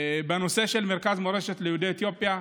הנושא של מרכז מורשת ליהודי אתיופיה,